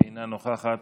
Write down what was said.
אינה נוכחת,